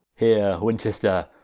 here winchester,